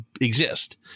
exist